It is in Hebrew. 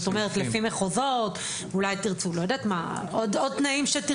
זאת אומרת, לפי מחוזות או אולי תרצו עוד תנאים.